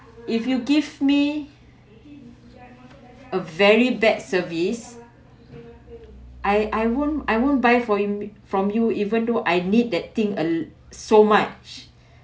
if you give me a very bad service I I won't I won't buy from him from you even though I need that thing uh so much